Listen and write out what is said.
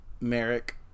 Merrick